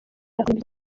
byinshi